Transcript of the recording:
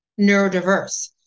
neurodiverse